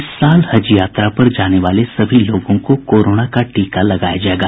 इस साल हज यात्रा पर जाने वाले सभी लोगों को कोरोना का टीका लगाया जाएगा